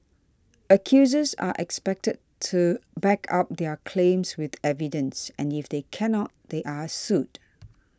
accusers are expected to back up their claims with evidence and if they cannot they are sued